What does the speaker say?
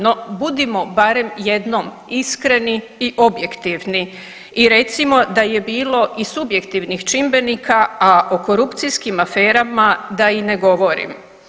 No budimo barem jednom iskreni i objektivni i recimo da je bilo i subjektivnih čimbenika, a o korupcijskim aferama da i ne govorim.